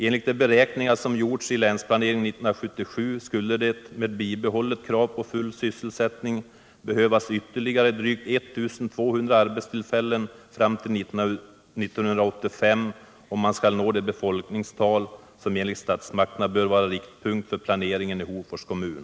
Enligt de beräkningar som gjorts i Länsplanering 1977 skulle det, med bibehållet krav på full sysselsättning, behövas ytterligare drygt 1200 arbetstillfällen fram till 1985 om man skall nå det befolkningstal som enligt Nr 144 statsmakterna bör vara riktpunkt för planeringen i Hofors kommun.